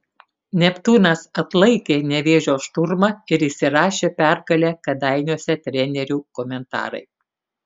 neptūnas atlaikė nevėžio šturmą ir įsirašė pergalę kėdainiuose trenerių komentarai